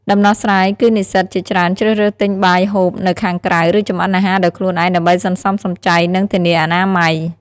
ដំណោះស្រាយគឺនិស្សិតជាច្រើនជ្រើសរើសទិញបាយហូបនៅខាងក្រៅ ឬចម្អិនអាហារដោយខ្លួនឯងដើម្បីសន្សំសំចៃ និងធានាអនាម័យ។